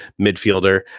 midfielder